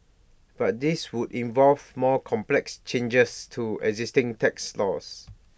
but this would involve more complex changes to existing tax laws